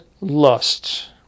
lusts